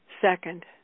Second